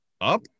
up